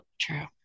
true